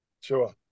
Sure